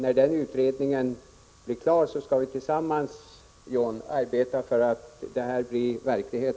När den utredningen blir klar skall vi tillsammans, John Andersson, arbeta för att förslaget också blir förverkligat.